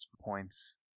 points